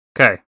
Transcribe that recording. Okay